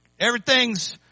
Everything's